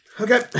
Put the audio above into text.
Okay